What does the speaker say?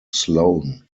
sloane